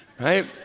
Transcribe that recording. right